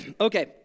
Okay